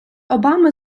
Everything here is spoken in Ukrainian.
обами